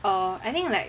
err I think like